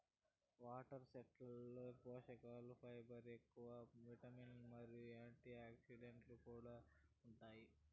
water చెస్ట్నట్లలో పోషకలు fibre ఎక్కువ, విటమిన్లు మరియు యాంటీఆక్సిడెంట్లు కూడా ఉంటాయి